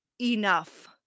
enough